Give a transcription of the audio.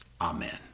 amen